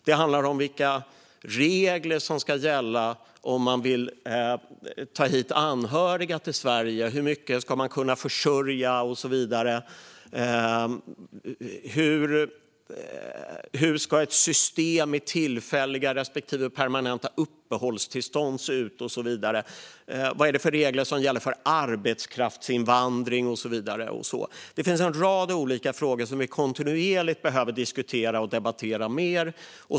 Det handlar om vilka regler som ska gälla om man vill ta hit anhöriga till Sverige, hur mycket man ska kunna försörja och så vidare. Hur ska ett system med tillfälliga respektive permanenta uppehållstillstånd se ut? Vad är det för regler som gäller för arbetskraftsinvandring? Det finns en rad olika frågor som vi kontinuerligt behöver diskutera och debattera mer.